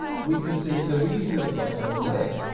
we can see the reason that it got its own layer.